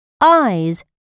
eyes